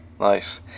Nice